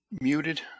muted